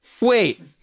Wait